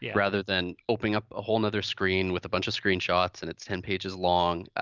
yeah rather than opening up a whole nother screen with a bunch of screenshots, and it's ten pages long.